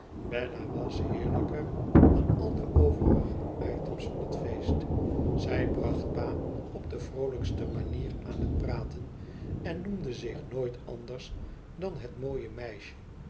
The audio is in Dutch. bella was heerlijker dan al de overige items van het feest zij bracht pa op de vroolijkste manier aan bet praten en noemde zich nooit anders dan het mooie meisje